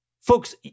Folks